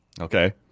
Okay